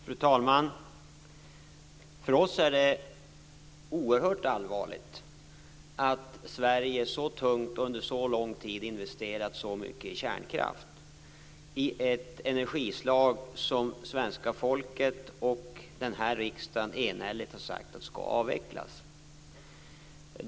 Fru talman! För oss är det oerhört allvarligt att Sverige så tungt och under så lång tid investerat så mycket i kärnkraft, dvs. i ett energislag som svenska folket och den här riksdagen enhälligt sagt skall avvecklas.